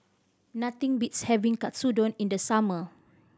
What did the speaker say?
nothing beats having Katsudon in the summer